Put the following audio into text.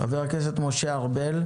חבר הכנסת משה ארבל.